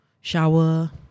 shower